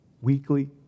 weekly